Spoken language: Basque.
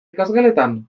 ikasgeletan